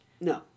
No